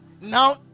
now